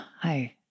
hi